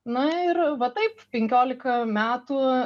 na ir va taip penkiolika metų